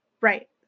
Right